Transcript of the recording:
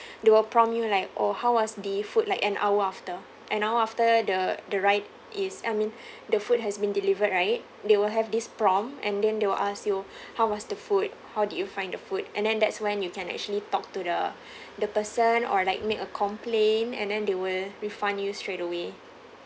they will prompt you like oh how was the food like an hour after an hour after the the ride is I mean the food has been delivered right they will have this prompt and then they will ask you how was the food how did you find the food and then that's when you can actually talk to the the person or like make a complaint and then they will refund you straight away